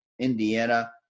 indiana